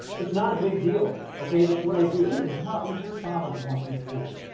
it's not a big deal, okay? that's what i do. it is not what your father would want you to do.